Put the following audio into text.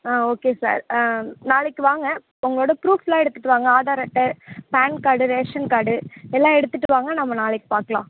ஆ okay sir ஆ நாளைக்கு வாங்க உங்களோட ப்ரூஃப்லாம் எடுத்துகிட்டு வாங்க ஆதார் அட்டை பேன் கார்டு ரேஷன் கார்டு எல்லா எடுத்துகிட்டு வாங்க நம்ம நாளைக்கு பார்க்கலாம்